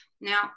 Now